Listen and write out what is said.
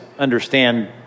Understand